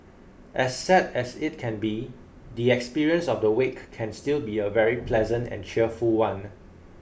as sad as it can be the experience of the wake can still be a very pleasant and cheerful one